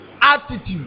attitude